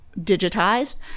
digitized